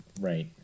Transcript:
Right